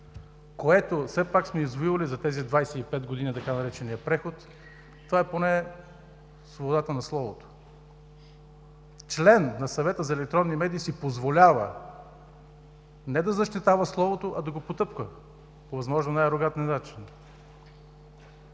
което все пак сме извоювали за тези 25 години, така нареченият „преход“, това е поне свободата на словото. Член на Съвета за електронни медии си позволява не да защитава словото, а да го потъпква по възможно най-арогантния начин.